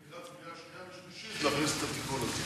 לקראת קריאה שנייה ושלישית להכניס את התיקון הזה.